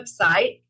website